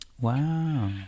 Wow